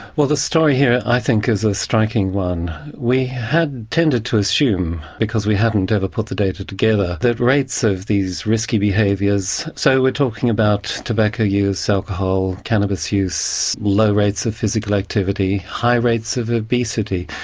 well the story here i think is a striking one. we had tended to assume, because we hadn't ever put the data together, the rates of these risky behaviours so we're talking about tobacco use, self harm, cannabis use, low rates of physical activity, high rates of obesity.